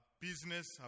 business